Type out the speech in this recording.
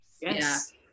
Yes